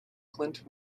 clint